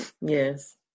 yes